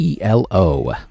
ELO